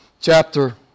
chapter